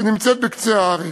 שנמצאת בקצה הארץ.